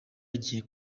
agiye